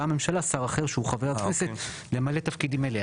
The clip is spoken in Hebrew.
הממשלה שר אחר שהוא חבר הכנסת למלא תפקידים אלה.